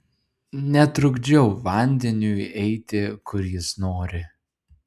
netrukdžiau vandeniui eiti kur jis nori